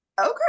okay